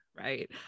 Right